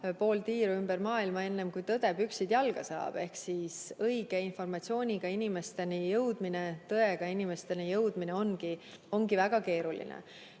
pool tiiru ümber maailma, enne kui tõde püksid jalga saab. Õige informatsiooniga inimesteni jõudmine, tõega inimesteni jõudmine ongi väga keeruline.